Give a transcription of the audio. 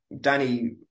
Danny